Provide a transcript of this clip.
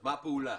מה הפעולה?